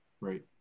Right